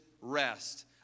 rest